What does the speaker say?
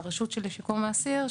לרשות לשיקום האסיר,